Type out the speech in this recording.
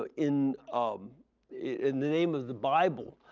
ah in um in the name of the bible.